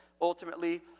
ultimately